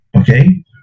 Okay